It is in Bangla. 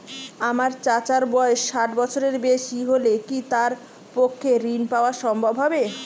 আমার চাচার বয়স ষাট বছরের বেশি হলে কি তার পক্ষে ঋণ পাওয়া সম্ভব হবে?